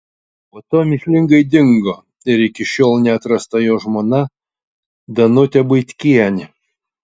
po to mįslingai dingo ir iki šiol neatrasta jo žmona danutė buitkienė